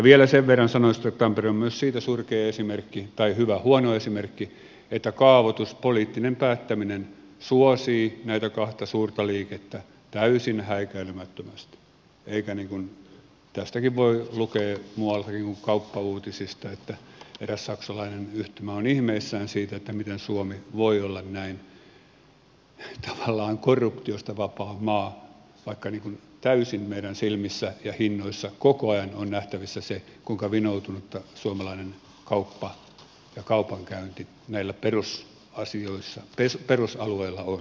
vielä sen verran sanoisin että tampere on myös siitä surkea esimerkki tai hyvä huono esimerkki että kaavoituspoliittinen päättäminen suosii näitä kahta suurta liikettä täysin häikäilemättömästi eikä niin kuin tästäkin voi lukea muualtakin kuin kauppauutisista että eräs saksalainen yhtymä on ihmeissään siitä miten suomi voi olla näin tavallaan korruptiosta vapaa maa vaikka täysin meidän silmissä ja hinnoissa koko ajan on nähtävissä se kuinka vinoutunutta suomalainen kauppa ja kaupankäynti näillä perusalueilla on